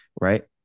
right